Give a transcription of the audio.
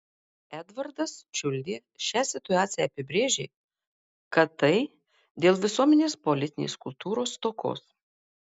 edvardas čiuldė šią situaciją apibrėžė kad tai dėl visuomenės politinės kultūros stokos